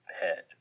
head